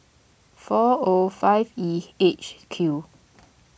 four O five E H Q